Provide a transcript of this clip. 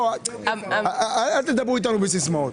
אל תדברו איתנו בסיסמאות.